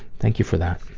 thank you for that.